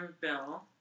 Bill